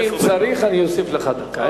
ואם צריך, אני אוסיף לך דקה.